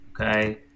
Okay